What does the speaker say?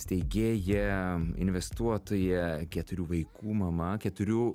steigėja investuotoja keturių vaikų mama keturių